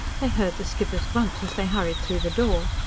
they heard the skipper's grunt as they hurried through the door.